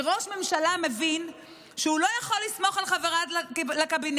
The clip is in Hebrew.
כי ראש הממשלה מבין שהוא לא יכול לסמוך על חבריו לקבינט.